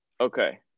Okay